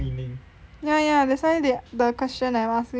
ya ya that's why they the question I'm asking is that